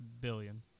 billion